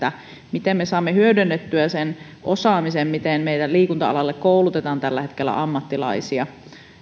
miten me saamme hyödynnettyä sen osaamisen kun meillä liikunta alalle koulutetaan tällä hetkellä ammattilaisia